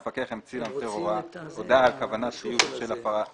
המפקח ימציא למפר הודעה על כוונת חיוב בשל ההפרה החוזרת.